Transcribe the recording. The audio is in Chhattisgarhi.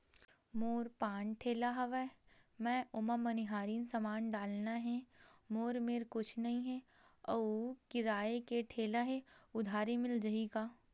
मोर पान ठेला हवय मैं ओमा मनिहारी समान डालना हे मोर मेर कुछ नई हे आऊ किराए के ठेला हे उधारी मिल जहीं का?